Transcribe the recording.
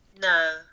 No